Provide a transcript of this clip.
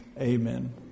amen